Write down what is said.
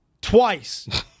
twice